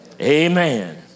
Amen